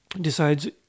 decides